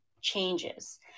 changes